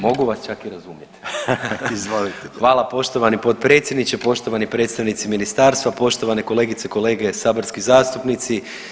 Mogu vas čak i razumjeti [[Upadica Reiner: Izvolite.]] Hvala vam poštovani potpredsjedniče, poštovani predstavnici Ministarstva, poštovane kolegice i kolege saborski zastupnici.